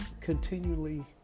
continually